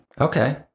Okay